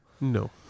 No